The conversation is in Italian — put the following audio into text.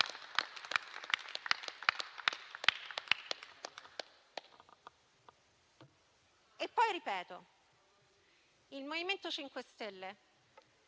E poi ripeto, il MoVimento 5 Stelle